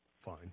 Fine